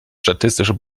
statistische